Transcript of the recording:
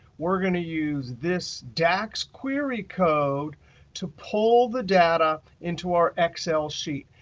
we're going to use this dax query code to pull the data into our excel sheet.